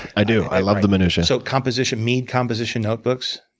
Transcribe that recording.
i do. i love the minutiae. so composition mead composition notebooks,